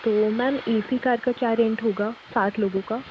तो ma'am A C car का क्या रेंट होगा सात लोगों का